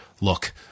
look